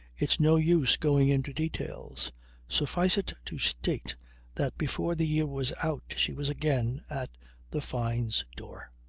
it's no use going into details suffice it to state that before the year was out she was again at the fynes' door.